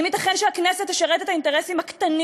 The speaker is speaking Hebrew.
האם ייתכן שהכנסת תשרת את האינטרסים הקטנים